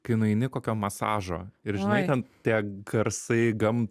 kai nueini kokio masažo ir žinai ten tie garsai gam